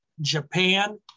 Japan